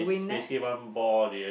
basically one ball they